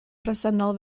bresennol